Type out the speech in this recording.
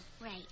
right